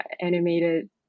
animated